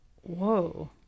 Whoa